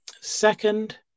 Second